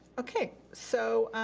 okay, so,